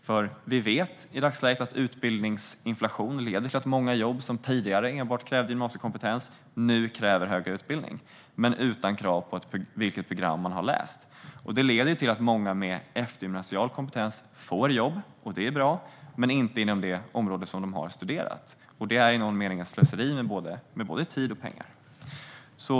I dagsläget vet vi att utbildningsinflation leder till att många jobb som tidigare enbart krävde gymnasiekompetens nu kräver högre utbildning - men det finns inte något krav på vilket program man ska ha läst. Det leder till att många med eftergymnasial kompetens får jobb - det är bra - men inte inom det område som de har studerat. Det är i någon mening ett slöseri med både tid och pengar.